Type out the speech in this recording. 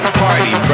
party